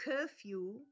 curfew